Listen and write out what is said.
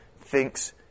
thinks